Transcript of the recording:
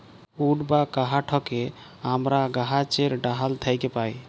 would বা কাহাঠকে আমরা গাহাছের ডাহাল থ্যাকে পাই